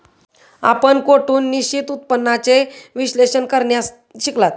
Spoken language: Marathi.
आपण कोठून निश्चित उत्पन्नाचे विश्लेषण करण्यास शिकलात?